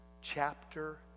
Chapter